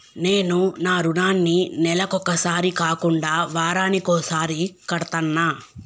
నేను నా రుణాన్ని నెలకొకసారి కాకుండా వారానికోసారి కడ్తన్నా